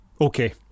okay